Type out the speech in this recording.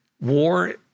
war